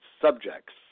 subjects